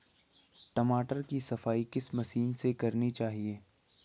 टमाटर की सफाई किस मशीन से करनी चाहिए?